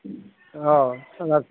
औ